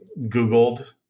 Googled